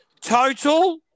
total